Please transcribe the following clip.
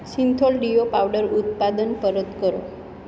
Cinthol deo powder ઉત્પાદન પરત કરો